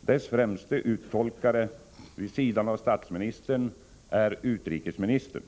Dess främste uttolkare, vid sidan av statsministern, är utrikesministern.